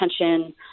attention